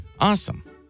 awesome